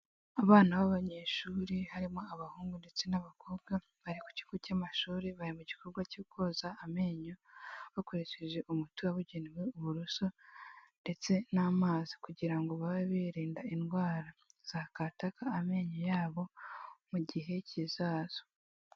Abana b'abanyeshuri harimo abahungu ndetse n'abakobwa bari ku kigo cy'amashuri, bari mu gikorwa cyo koza amenyo bakoresheje umuti wabugenewe, uburoso ndetse n'amazi kugira ngo babe birinda indwara zakataka amenyo yabo mu gihe kizaza.